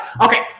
okay